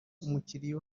umukiriya